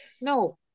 no